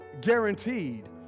guaranteed